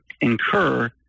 incur